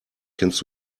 kennst